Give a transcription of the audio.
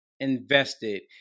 invested